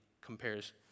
compares